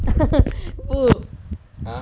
!woo!